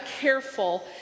careful